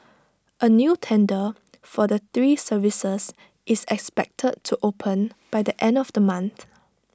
A new tender for the three services is expected to open by the end of the month